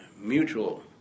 mutual